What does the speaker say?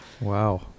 wow